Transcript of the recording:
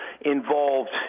involved